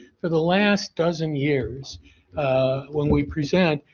for the last dozen years when we present,